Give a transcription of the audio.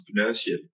entrepreneurship